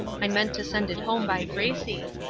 i meant to send it home by gracie.